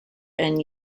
and